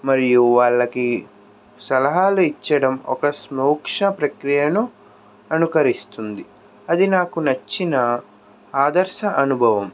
మరియు వాళ్ళకి సలహాలు ఇవ్వడం ఒక సూక్ష్మ ప్రక్రియను అనుకరిస్తుంది అది నాకు నచ్చిన ఆదర్శ అనుభవం